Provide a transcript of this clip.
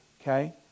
Okay